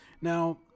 Now